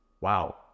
wow